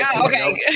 Okay